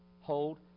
Hold